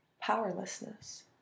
powerlessness